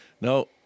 no